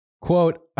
quote